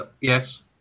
Yes